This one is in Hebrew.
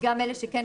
וגם אלה שכן,